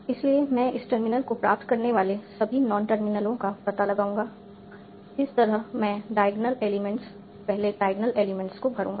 इसलिए मैं इस टर्मिनल को प्राप्त करने वाले सभी नॉन टर्मिनलों का पता लगाऊंगा इस तरह मैं डायग्नल एलिमेंट्स पहले डायग्नल एलिमेंट्स को भरूंगा